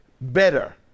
better